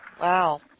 Wow